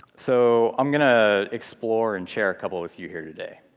so i'm going to explore and share a couple with you here today.